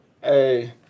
hey